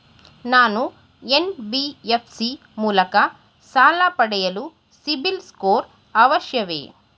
ನಾನು ಎನ್.ಬಿ.ಎಫ್.ಸಿ ಮೂಲಕ ಸಾಲ ಪಡೆಯಲು ಸಿಬಿಲ್ ಸ್ಕೋರ್ ಅವಶ್ಯವೇ?